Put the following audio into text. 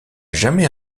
jamais